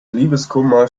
liebeskummer